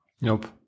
nope